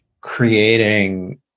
creating